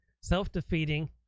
self-defeating